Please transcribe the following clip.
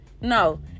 No